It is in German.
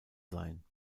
sein